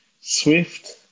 Swift